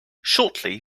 shortly